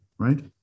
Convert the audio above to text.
right